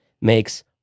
makes